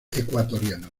ecuatoriano